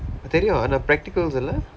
தெரியும் ஆனா:theriyum aanaa practicals இல்லை:illai